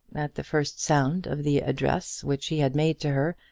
at the first sound of the address which he had made to her,